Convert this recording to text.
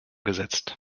gesetzt